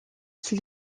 qui